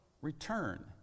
return